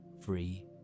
free